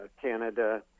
Canada